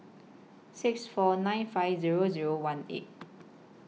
six four nine five Zero Zero one eight